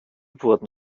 wurden